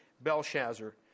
Belshazzar